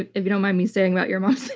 ah if you don't mind me saying about your mom,